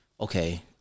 okay